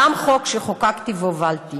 גם חוק שחוקקתי והובלתי.